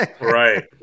right